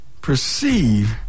perceive